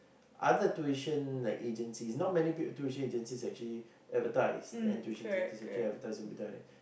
other tuition like agencies not many people tuition agencies actually advertise and tuition agencies actually advertising advertise